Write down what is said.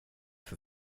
för